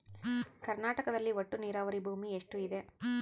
ಕರ್ನಾಟಕದಲ್ಲಿ ಒಟ್ಟು ನೇರಾವರಿ ಭೂಮಿ ಎಷ್ಟು ಇದೆ?